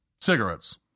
cigarettes